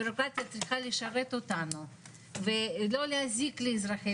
ביורוקרטיות צריכות לשרת אותנו ולא להזיק לאזרחי